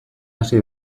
hasi